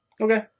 Okay